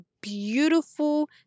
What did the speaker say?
beautiful